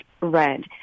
red